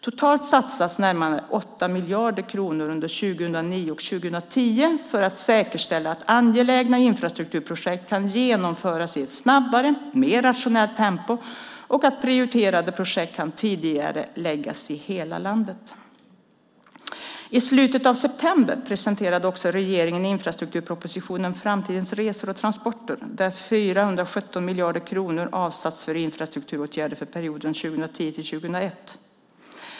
Totalt satsas närmare 8 miljarder kronor under 2009 och 2010 för att säkerställa att angelägna infrastrukturprojekt kan genomföras i ett snabbare, mer rationellt tempo och att prioriterade projekt kan tidigareläggas i hela landet. I slutet av september presenterade också regeringen infrastrukturpropositionen Framtidens resor och transporter där 417 miljarder kronor avsätts för infrastrukturåtgärder för perioden 2010-2021.